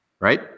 Right